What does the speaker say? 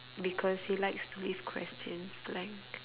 because he likes to leave questions blank